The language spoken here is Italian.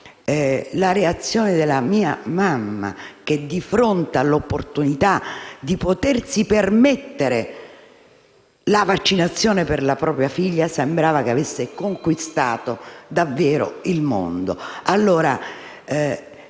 la reazione della mia mamma che, di fronte all'opportunità di potersi permettere la vaccinazione per la propria figlia, sembrava aver conquistato davvero il mondo.